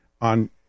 on